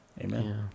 Amen